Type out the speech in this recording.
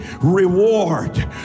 reward